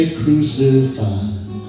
crucified